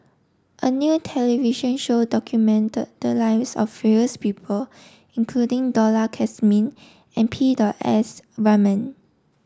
a new television show documented the lives of various people including Dollah Kassim and Peter S Waman